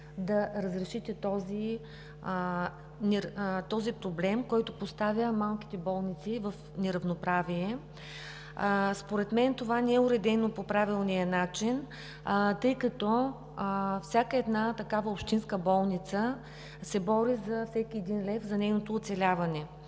да разрешите този проблем, който поставя малките болници в неравноправие. Според мен това не е уредено по правилния начин, тъй като всяка такава общинска болница се бори за всеки един лев за нейното оцеляване.